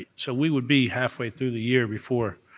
ah so we would be halfway through the year before